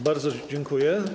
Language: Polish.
Bardzo dziękuję.